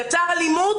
יצר אלימות